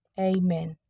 Amen